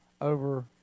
over